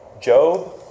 Job